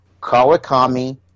Kawakami